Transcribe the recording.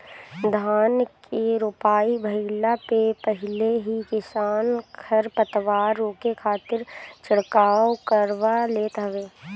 धान के रोपाई भइला से पहिले ही किसान खरपतवार रोके खातिर छिड़काव करवा लेत हवे